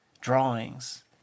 drawings